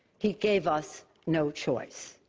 he gave us no choice.